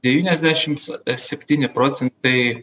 devyniasdešims septyni procentai